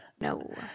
No